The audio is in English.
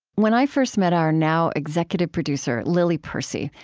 when i first met our now-executive producer, lily percy,